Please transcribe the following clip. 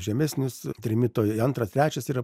žemesnis trimito antrą trečias yra